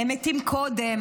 הם מתים קודם.